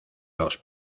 los